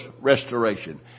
restoration